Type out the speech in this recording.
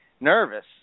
nervous